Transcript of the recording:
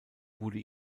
wurde